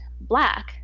black